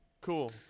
Cool